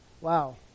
Wow